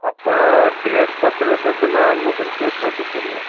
ଆପଣ ଡ୍ରେସ୍ ପତ୍ର ଦେବେ ନା ଆମକୁ ଦେବାକୁ ପଡ଼ିବ